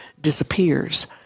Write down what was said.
disappears